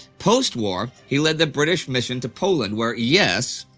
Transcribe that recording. postwar he led the british mission to poland, where yes,